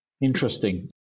Interesting